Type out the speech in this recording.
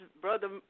Brother